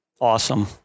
Awesome